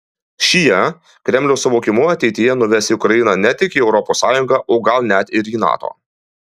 šie kremliaus suvokimu ateityje nuves ukrainą ne tik į europos sąjungą o gal net ir į nato